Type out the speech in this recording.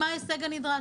מה הוא ההישג הנדרש.